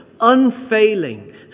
unfailing